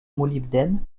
molybdène